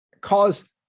cause